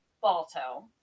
Balto